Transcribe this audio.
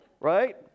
Right